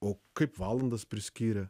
o kaip valandas priskyrė